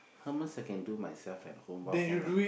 hummus I can do myself at home what for want